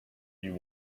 you